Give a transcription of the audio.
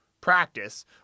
practice